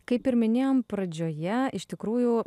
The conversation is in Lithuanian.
kaip ir minėjom pradžioje iš tikrųjų